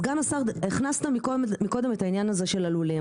סגן השר הכנסת מקודם את העניין הזה של הלולים,